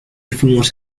fuimos